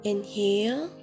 Inhale